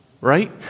right